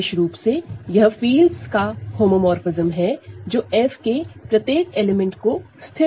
विशेष रूप से यह फील्डस का होमोमोरफ़िज्म है जो F के प्रत्येक एलिमेंट को स्थिर करता है